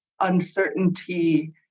uncertainty